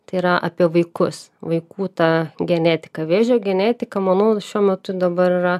tai yra apie vaikus vaikų tą genetiką vėžio genetika manau šiuo metu dabar yra